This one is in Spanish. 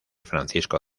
francisco